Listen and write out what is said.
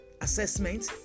assessment